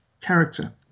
character